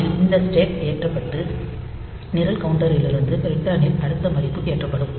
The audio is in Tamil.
கால் லில் இந்த ஸ்டேக் ஏற்றப்பட்டு நிரல் கவுண்டரிலிருந்து ரிட்டர்னின் அடுத்த மதிப்பு ஏற்றப்படும்